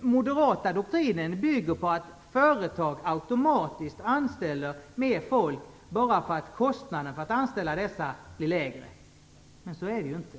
moderata doktrinen bygger på att företag automatiskt anställer mer folk bara för att kostnaden för att anställa blir lägre. Så är det ju inte.